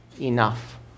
enough